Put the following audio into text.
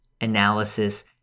analysis